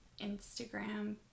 Instagram